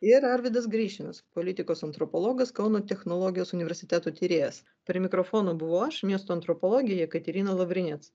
ir arvydas grišinas politikos antropologas kauno technologijos universiteto tyrėjas prie mikrofono buvau aš miesto antropologė jekaterina lavrinec